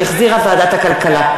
שהחזירה ועדת הכלכלה.